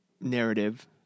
narrative